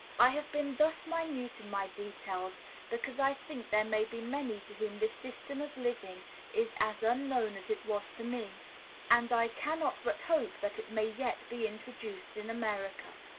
i have been thus minute in my details because i think there may be many to whom this system of living is as unknown as it was to me and i cannot but hope that it may yet be introduced in america.